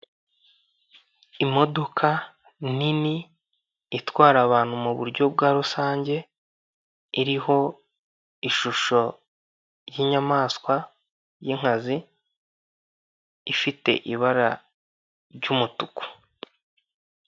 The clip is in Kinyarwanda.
Imodoka nini itwara abantu mu buryo bwa rusange iriho ishusho y'inyamanswa y'inkazi ifite ibara ry'umutuku.